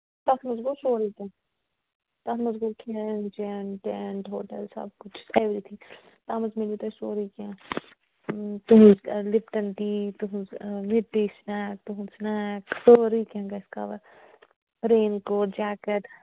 تَتھ منٛز گوٚو سورُے کیٚنہہ تَتھ منٛز گوٚو کھٮ۪ن چٮ۪ن ٹٮ۪نٹ ہوٹَل سَب کچھ اٮ۪وری تھِنٛگ تَتھ منٛز مِلوٕ تۄہہِ سورُے کیٚنہہ تٔہٕنٛز لِپٹَن ٹی تٔہٕنٛز مِڈ ٹی سِنیک تُہُنٛد سنیک سورُے کیٚنہہ گژھِ کَوَر رین کوٹ جٮ۪کٮ۪ٹ